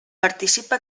participa